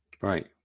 Right